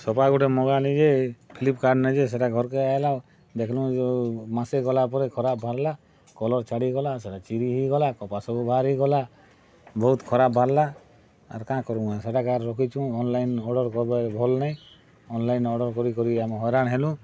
ସପା ଗୋଟେ ମଗାନି ଯେ ଫ୍ଲିପ୍କାର୍ଟ ନେ ଯେ ସେଟା ଘରକୁ ଆଇଲା ଦେଖ୍ନୁ ଯୋଉ ମାସେ ଗଲା ପରେ ଖରାପ ବାହାରିଲା କଲର୍ ଛାଡ଼ିଗଲା ସେଟା ଚିରି ହେଇଗଲା କପା ସବୁ ବାହାରିଗଲା ବହୁତ୍ ଖରାପ ବାହାରିଲା ଆର୍ କାଁ କରମୁଁ ସେଟା ଏକା ରଖିଚୁ ଅନଲାଇନ୍ ଅର୍ଡ଼ର୍ କର୍ବା ଭଲ୍ ନାଇଁ ଅନଲାଇନ୍ ଅର୍ଡ଼ର୍ କରି କରି ଆମେ ହଇରାଣ ହେଲୁଁ